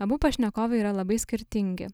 abu pašnekovai yra labai skirtingi